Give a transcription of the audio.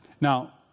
Now